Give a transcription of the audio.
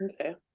Okay